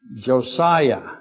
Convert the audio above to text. Josiah